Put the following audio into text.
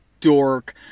dork